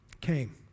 came